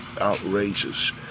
outrageous